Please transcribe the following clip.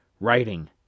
writing